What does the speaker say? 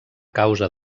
causa